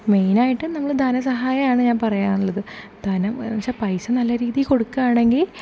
മെയ്നായിട്ടും നമ്മൾ ധന സഹായമാണ് ഞാൻ പറയാനുള്ളത് ധനം എന്ന് വച്ചാൽ പൈസ നല്ല രീതിയിൽ കൊടുക്കുകയാണെങ്കിൽ